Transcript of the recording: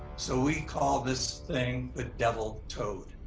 so we call this thing, the devil towed.